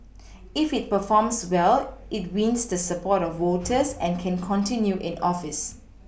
if it performs well it wins the support of voters and can continue in office